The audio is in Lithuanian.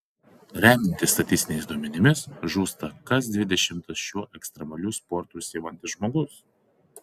remiantis statistiniais duomenims žūsta kas dvidešimtas šiuo ekstremaliu sportu užsiimantis žmogus